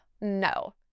No